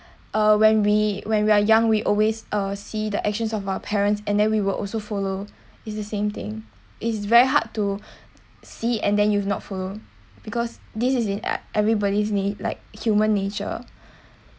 uh when we when we are young we always uh see the actions of our parents and then we will also follow it's the same thing is very hard to see and then you've not follow because this is in at everybody's need like human nature